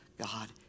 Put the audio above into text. God